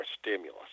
stimulus